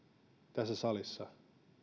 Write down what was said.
tässä salissa